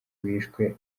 bishwe